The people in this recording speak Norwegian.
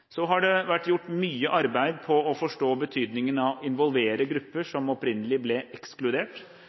Så har det vært gjort mye arbeid med å forstå betydningen av å involvere grupper som opprinnelig ble ekskludert.